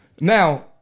Now